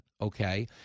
okay